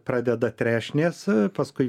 pradeda trešnės paskui